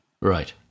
Right